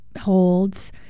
holds